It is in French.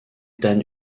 dan